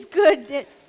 goodness